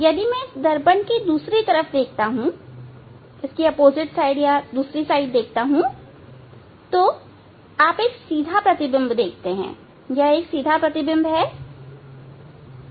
यदि मैं इस दर्पण के दूसरी तरफ देखता हूं तो आप एक सीधा प्रतिबिंब देखते हैं एक सीधा प्रतिबिंब देखते हैं